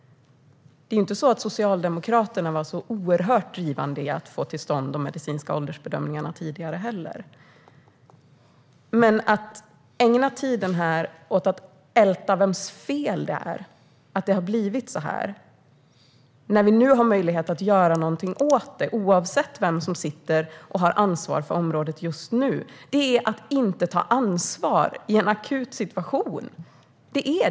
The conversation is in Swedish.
Det är inte så att Socialdemokraterna var så oerhört drivande i att få till stånd de medicinska åldersbedömningarna tidigare heller. Att ägna talartiden åt att älta vems fel det är att det har blivit så här, när det nu finns möjlighet att göra någonting åt det, oavsett vem som har ansvar för området just nu, är att inte ta ansvar i en akut situation.